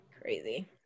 Crazy